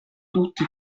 tutti